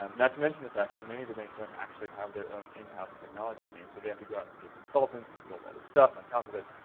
um not to mention the fact that many of the banks don't actually have their own in-house technology teams, so they have to go out and pay consultants to build all that stuff on top of it.